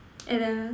and then